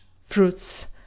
fruits